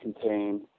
contain